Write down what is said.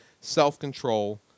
self-control